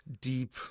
deep